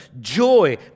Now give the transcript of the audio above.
joy